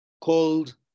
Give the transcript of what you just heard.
called